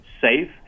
safe